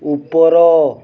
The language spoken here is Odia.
ଉପର